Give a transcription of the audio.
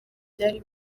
byari